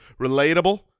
Relatable